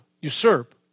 usurp